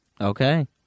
Okay